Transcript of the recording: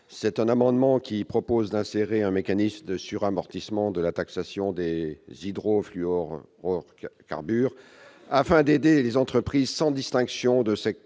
Cet amendement vise à insérer un mécanisme de suramortissement de la taxation des hydrofluorocarbures, afin d'aider les entreprises, sans distinction de secteur